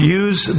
use